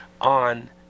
on